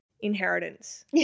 Inheritance